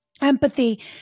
empathy